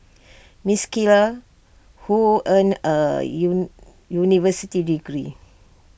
miss Keller who earned A you university degree